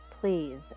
please